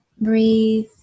Breathe